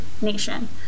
nation